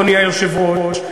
אדוני היושב-ראש,